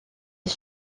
est